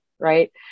right